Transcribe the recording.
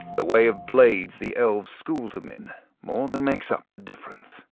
the way of blades the elves schooled him in more than makes up the difference.